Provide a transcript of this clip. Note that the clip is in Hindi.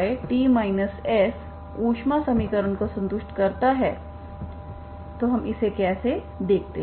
yt s ऊष्मा समीकरण को संतुष्ट करता है तो हम इसे कैसे देखते हैं